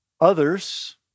Others